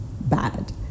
bad